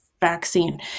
vaccine